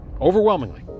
Overwhelmingly